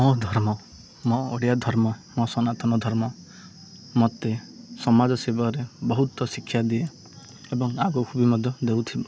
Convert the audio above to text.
ମୋ ଧର୍ମ ମୋ ଓଡ଼ିଆ ଧର୍ମ ମୋ ସନାତନ ଧର୍ମ ମୋତେ ସମାଜ ସେବାରେ ବହୁତ ଶିକ୍ଷା ଦିଏ ଏବଂ ଆଗକୁ ବି ମଧ୍ୟ ଦେଉଥିବ